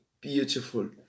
beautiful